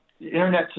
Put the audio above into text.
internet